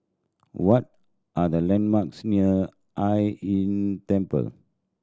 what are the landmarks near Hai Inn Temple